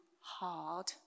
hard